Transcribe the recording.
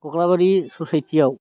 कख्लाबारि ससाइटियाव